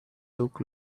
look